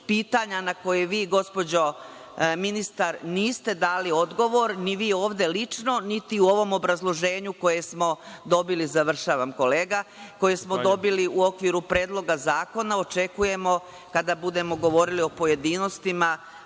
pitanja na koja vi, gospođo ministar, niste dali odgovor, ni vi ovde lično niti u ovom obrazloženju koje smo dobili, završavam kolega, u okviru Predloga zakona. Očekujemo kada budemo govorili u pojedinostima